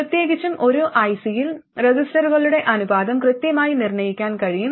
പ്രത്യേകിച്ചും ഒരു ഐസിയിൽ റെസിസ്റ്ററുകളുടെ അനുപാതം കൃത്യമായി നിർണ്ണയിക്കാൻ കഴിയും